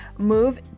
move